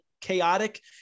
chaotic